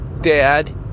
Dad